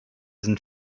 sind